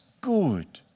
good